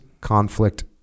conflict